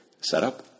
setup